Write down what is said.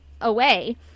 away